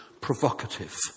provocative